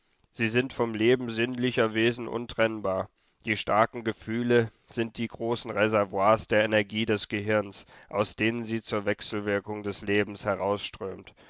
sie sind vom leben sinnlicher wesen untrennbar die starken gefühle sind die großen reservoirs der energie des gehirns aus denen sie zur wechselwirkung des lebens